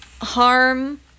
harm